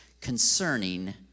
concerning